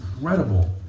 incredible